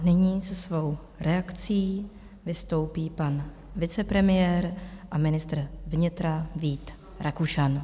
Nyní se svou reakcí vystoupí pan vicepremiér a ministr vnitra Vít Rakušan.